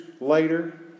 later